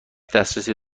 دسترسی